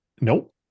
nope